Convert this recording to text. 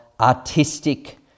artistic